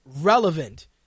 relevant